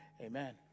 Amen